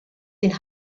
den